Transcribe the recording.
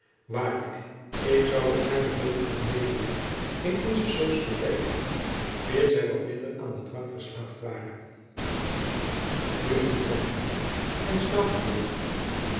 waarlijk ik zoude gaarne zulk een medelid in onze societeit hebben mits hij wat minder aan den drank verslaafd ware nu genoeg van hem en stoutenburgh